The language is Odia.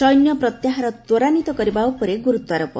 ସୈନ୍ୟ ପ୍ରତ୍ୟାହାର ତ୍ୱରାନ୍ୱିତ କରିବା ଉପରେ ଗୁରୁତ୍ୱାରୋପ